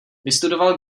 vystudoval